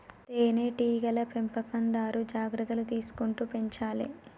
తేనె టీగల పెంపకందారు జాగ్రత్తలు తీసుకుంటూ పెంచాలే